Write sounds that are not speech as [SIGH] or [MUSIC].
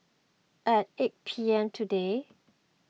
at eight P M [NOISE]